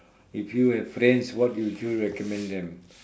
if you have friends what would you recommend them